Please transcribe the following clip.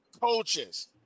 coaches